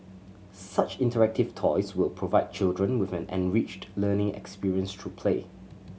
such interactive toys will provide children with an enriched learning experience through play